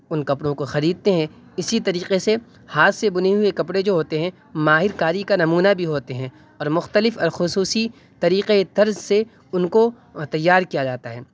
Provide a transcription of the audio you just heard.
ان کپڑوں کو خریدتے ہیں اسی طریقے سے ہاتھ سے بنی ہوئے کپرے جو ہوتے ہیں ماہر کاری کا نمونہ بھی ہوتے ہیں اور مختلف اور خصوصی طریقۂ طرز سے ان کو تیار کیا جاتا ہے